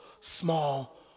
small